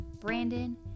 Brandon